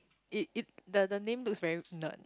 it it the the name looks very nerd